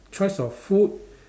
choice of food